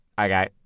Okay